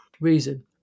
reason